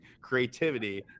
Creativity